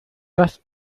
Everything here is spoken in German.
das